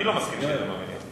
אני לא מסכים שיהיה דיון במליאה.